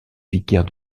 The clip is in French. vicaire